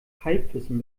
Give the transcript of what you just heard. halbwissen